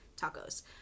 tacos